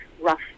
rough